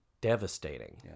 devastating